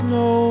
no